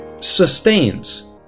sustains